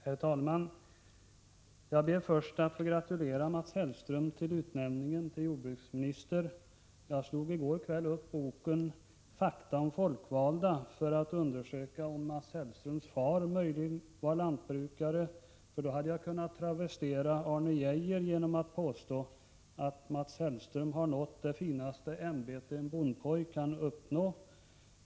Herr talman! Jag ber först att få gratulera Mats Hellström till utnämningen till jordbruksminister. Jag slog i går kväll upp boken Fakta om folkvalda för att undersöka om Mats Hellströms far möjligen var lantbrukare, för då hade jag kunnat travestera Arne Geijer genom att påstå att Mats Hellström har nått det finaste ämbete en bondpojke kan uppnå.